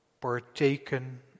partaken